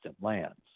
lands